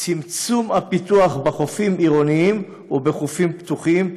צמצום הפיתוח בחופים עירוניים ובחופים פתוחים,